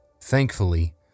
Thankfully